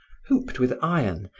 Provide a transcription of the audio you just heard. hooped with iron,